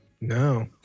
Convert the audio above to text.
No